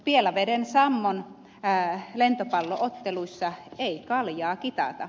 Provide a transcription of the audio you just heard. pielaveden sammon lentopallo otteluissa ei kaljaa kitata